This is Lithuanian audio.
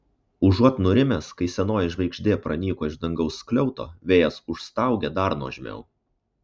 užuot nurimęs kai senoji žvaigždė pranyko iš dangaus skliauto vėjas užstaugė dar nuožmiau